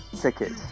ticket